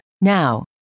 Now